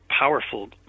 powerful